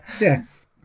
Yes